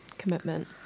Commitment